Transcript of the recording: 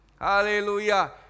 Hallelujah